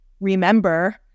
remember